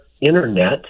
internet